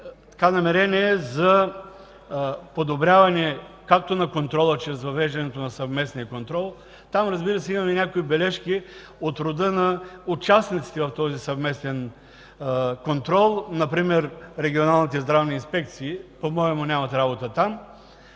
намерения за подобряването на контрола чрез въвеждането на съвместния контрол. Там имаме някои бележки от рода на участниците в този съвместен контрол. Например регионалните здравни инспекции по моему нямат работа там.